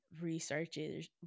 researches